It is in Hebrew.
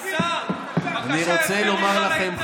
שהמדינה תישרף, השר, להסביר לך על ההתנתקות.